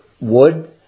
wood